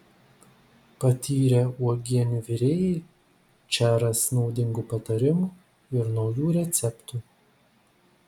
patyrę uogienių virėjai čia ras naudingų patarimų ir naujų receptų